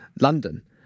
london